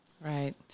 Right